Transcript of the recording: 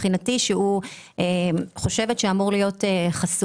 שם שום דבר מבחינתי שאמור להיות חסוי.